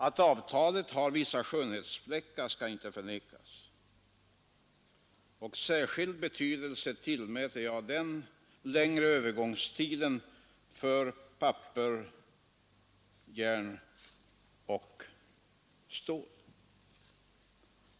Att avtalet har vissa skönhetsfläckar skall inte förnekas, och sä betydelse tillmäter jag den längre övergångstiden för papper, järn och stål.